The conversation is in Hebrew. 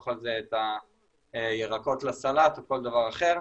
על זה את הירקות לסלט או כל דבר אחר,